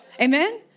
Amen